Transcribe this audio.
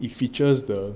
it features the